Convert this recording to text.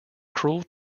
cruel